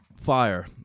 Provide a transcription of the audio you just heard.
fire